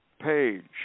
page